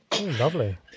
Lovely